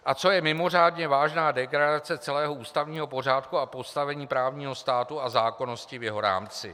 A co je mimořádně vážná degradace celého ústavního pořádku a postavení právního státu a zákonnosti v jeho rámci.